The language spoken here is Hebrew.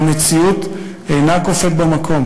והמציאות אינה קופאת במקום.